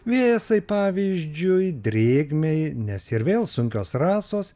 vėsai pavyzdžiui drėgmei nes ir vėl sunkios rasos